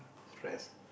stress